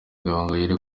gahongayire